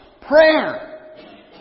prayer